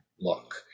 look